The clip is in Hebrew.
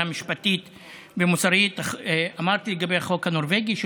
משפטית ומוסרית: אמרתי לגבי החוק הנורבגי,